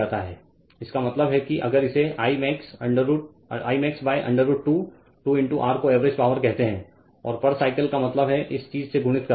इसका मतलब है कि अगर इसे I max √ 2 2 ईंटो R को एवरेज पावर कहते है और पर साइकिल का मतलब है इस चीज़ से गुणित करना